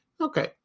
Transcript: Okay